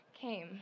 came